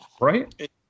Right